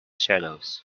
shadows